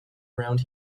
around